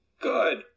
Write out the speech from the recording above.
Good